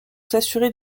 s’assurer